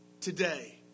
today